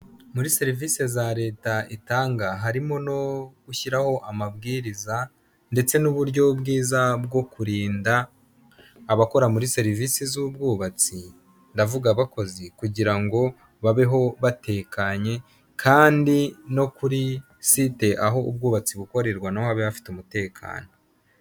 Muri serivisi za Leta itanga harimo no gushyiraho amabwiriza ndetse n'uburyo bwiza bwo kurinda abakora muri serivisi z'ubwubatsi, ndavuga abakozi kugira ngo babeho batekanye kandi no kuri site aho ubwubatsi bukorerwa naho habe hafite umutekano.